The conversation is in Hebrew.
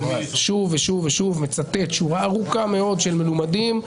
שוב ושוב ושוב מצטט שורה ארוכה מאוד של מלומדים,